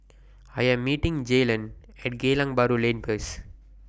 I Am meeting Jaylon At Geylang Bahru Lane First